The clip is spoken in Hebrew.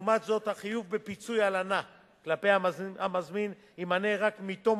לעומת זאת החיוב בפיצויי הלנה כלפי המזמין יימנה רק מתום